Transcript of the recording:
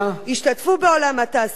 ישתתפו בעולם התעסוקה.